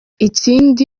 ikindi